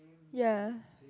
ya